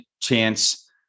chance